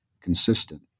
consistent